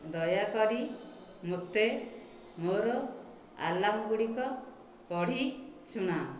ଦୟାକରି ମୋତେ ମୋର ଆଲାର୍ମଗୁଡ଼ିକ ପଢ଼ି ଶୁଣାଅ